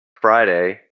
Friday